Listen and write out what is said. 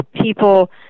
people